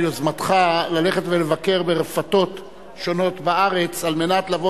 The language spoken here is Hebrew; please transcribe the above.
על יוזמתך ללכת ולבקר ברפתות שונות בארץ על מנת לבוא